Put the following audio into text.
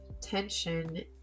tension